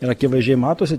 ir akivaizdžiai matosi